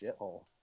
shithole